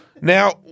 Now